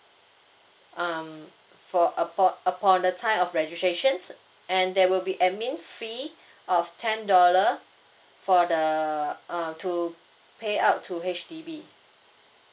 um for upon upon the time of registration and there will be admin fee of ten dollar for the uh to pay out to H_D_B